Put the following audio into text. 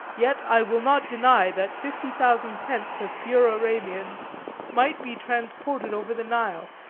yet i will not deny that fifty thousand tents of pure arabians might be transported over the nile,